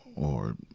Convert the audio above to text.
or,